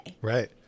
Right